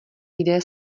lidé